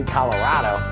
Colorado